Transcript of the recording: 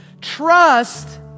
Trust